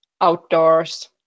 outdoors